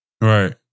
Right